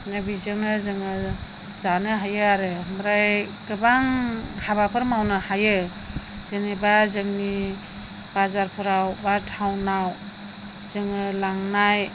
आरो बिजोंनो जोङो जानो हायो आरो ओमफ्राय गोबां हाबाफोर मावनो हायो जेनेबा जोंनि बाजारफोराव एबा टाउनाव जोङो लांनाय